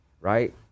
right